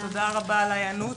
תודה רבה על ההיענות,